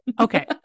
okay